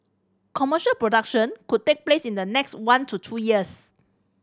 commercial production could take place in the next one to two years